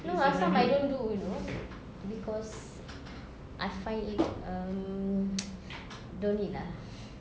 no last time I don't do you know because I find it um don't need lah